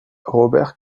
robert